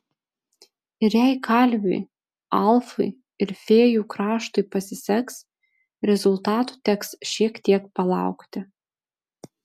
ir jei kalviui alfui ir fėjų kraštui pasiseks rezultatų teks šiek tiek palaukti